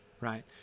right